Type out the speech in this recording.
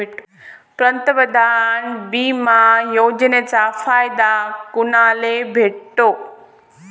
पंतप्रधान बिमा योजनेचा फायदा कुनाले भेटतो?